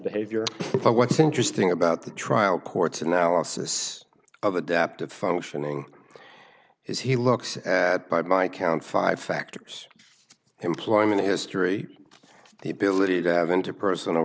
behavior but what's interesting about the trial court's analysis of adaptive functioning is he looks at by my count five factors employment history the ability to have interpersonal